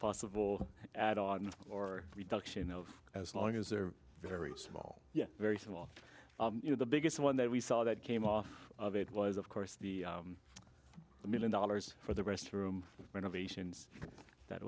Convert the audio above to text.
possible add on or reduction of as long as they're very small yet very small you know the biggest one that we saw that came off of it was of course the the million dollars for the restroom renovations that